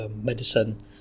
medicine